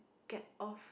get off